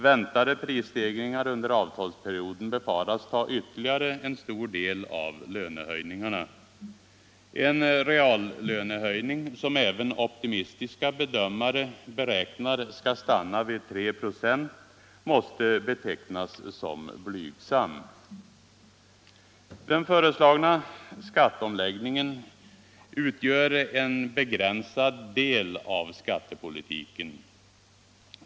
Väntade prisstegringar under avtalsperioden befaras ta ytterligare en stor del av lönehöjningarna. En reallönehöjning som även optimistiska bedömare beräknar skall stanna vid 3 96 måste betecknas som blygsam. Den föreslagna skatteomläggningen utgör en begränsad del av skattepolitiken.